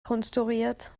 konstruiert